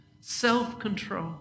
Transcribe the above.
self-control